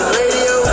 radio